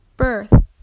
birth